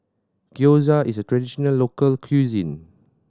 Gyoza is a traditional local cuisine